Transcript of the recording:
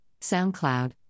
SoundCloud